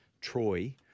Troy